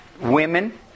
Women